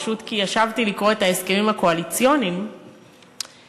פשוט כי ישבתי לקרוא את ההסכמים הקואליציוניים שנחתמו.